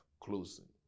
closing